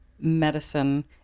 medicine